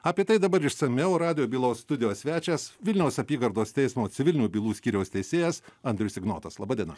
apie tai dabar išsamiau radijo bylos studijos svečias vilniaus apygardos teismo civilinių bylų skyriaus teisėjas andrius ignotas laba diena